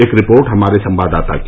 एक रिपोर्ट हमारे संवाददाता की